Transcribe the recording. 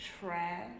trash